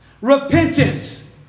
Repentance